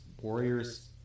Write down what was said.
Warriors